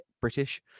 British